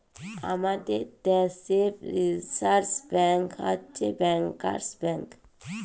আমাদের দ্যাশে reserve bank হছে ব্যাংকার্স ব্যাংক